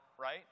right